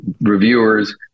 reviewers